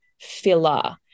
filler